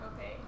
Okay